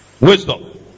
wisdom